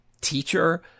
teacher